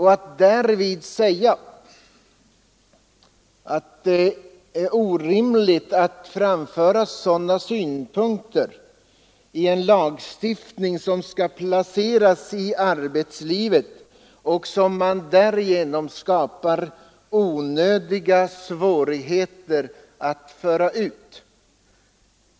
Han tycker det är orimligt att framföra sådana synpunkter på en lagstiftning som skall gälla arbetslivet, varigenom onödiga svårigheter kan uppstå att föra ut den.